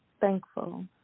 thankful